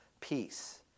peace